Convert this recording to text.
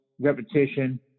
repetition